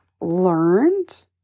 learned